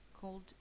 called